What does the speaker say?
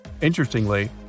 Interestingly